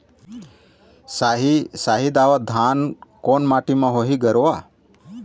साही शाही दावत धान कोन माटी म होही गरवा?